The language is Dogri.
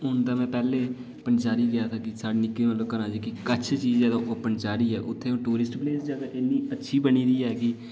हून में पैह्लें पंचैरी गेआ हा मिगी जेह्की घरा कश चीज़ ऐ ते ओह् पंचैरी उत्थै हून टुरिस्ट प्लेस जगह ऐ इ'न्नी अच्छी बनी दी ऐ कि